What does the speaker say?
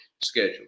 schedule